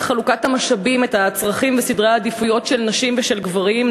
חלוקת המשאבים את הצרכים וסדרי העדיפויות של נשים ושל גברים,